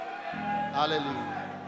Hallelujah